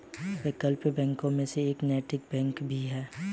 वैकल्पिक बैंकों में से एक नैतिक बैंक भी है